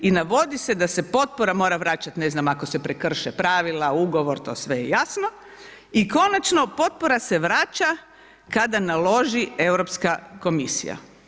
I navodi se da se potpora mora vraćati, ne znam, ako se prekrše pravila, ugovor, to sve je jasno i konačno, potpora se vraća kada naloži Europska komisija.